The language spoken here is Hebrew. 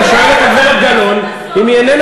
אני שואל את הגברת גלאון אם היא איננה